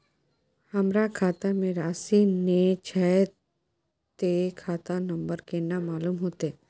हमरा खाता में राशि ने छै ते खाता नंबर केना मालूम होते?